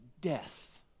death